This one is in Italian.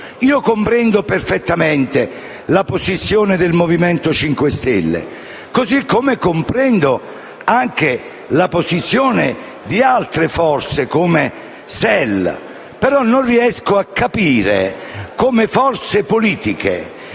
Comprendo perfettamente la posizione del Movimento 5 Stelle, così come comprendo la posizione di altre forze, come SEL, però non riesco a capire la posizione di forze politiche